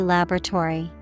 Laboratory